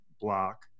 block